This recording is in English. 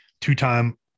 two-time